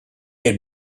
had